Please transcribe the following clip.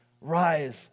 Rise